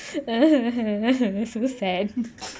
so sad